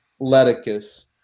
Leticus